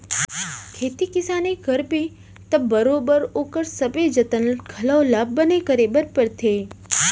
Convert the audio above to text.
खेती किसानी करबे त बरोबर ओकर सबे जतन घलौ ल बने करे बर परथे